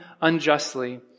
unjustly